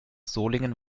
solingen